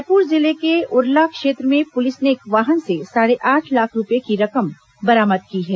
रायपुर जिले के उरला क्षेत्र में पुलिस ने एक वाहन से साढ़े आठ लाख रूपये की रकम बरामद की है